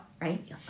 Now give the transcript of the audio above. Right